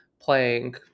playing